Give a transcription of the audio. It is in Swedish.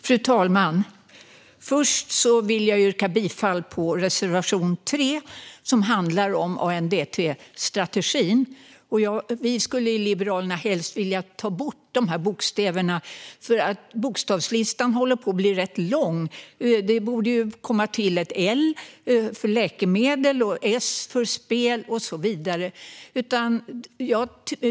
Fru talman! Först vill jag yrka bifall till reservation 3, som handlar om ANDT-strategin. Vi i Liberalerna skulle helst vilja ta bort dessa bokstäver, för bokstavslistan håller på att bli rätt lång. Det borde komma till ett L för läkemedel, ett S för spel och så vidare.